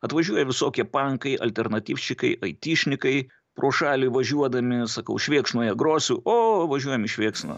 atvažiuoja visokie pankai alternatyvščikai aityšnikai pro šalį važiuodami sakau švėkšnoje grosiu o važiuojam į švėkšną